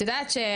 זכויות לכולן,